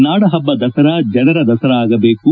ನಾಡಹಬ್ಬ ದಸರಾ ಜನರ ದಸರಾ ಆಗಬೇಕು